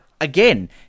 again